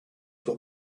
were